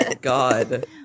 God